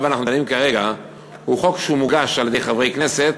אנחנו דנים כרגע הוא חוק שמוגש על-ידי חברי כנסת